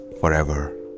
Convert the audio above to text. forever